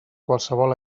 qualsevol